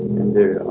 and they're